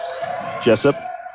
Jessup